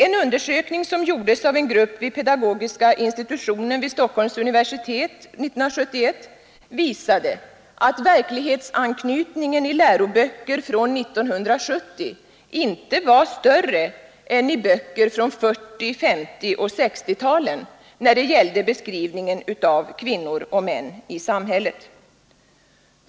En undersökning som gjordes av en grupp vid pedagogiska institutionen vid Stockholms universitet 1971 visade att verklighetsanknytningen i läroböcker från 1970 inte var större än i böcker från 1940-, 1950 och 1960-talen när det gällde beskrivningen av kvinnor och män i samhället.